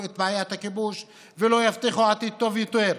את בעיית הכיבוש ולא יבטיחו עתיד טוב יותר.